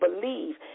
believe